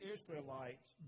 Israelites